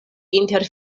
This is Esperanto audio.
inter